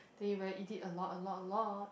then you better eat it a lot a lot a lot